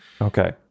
Okay